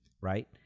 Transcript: right